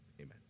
amen